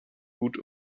gut